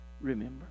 remember